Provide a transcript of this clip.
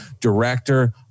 director